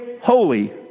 holy